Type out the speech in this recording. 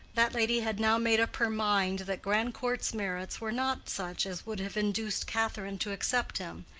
that lady had now made up her mind that grandcourt's merits were not such as would have induced catherine to accept him,